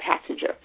passenger